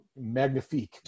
magnifique